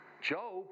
Job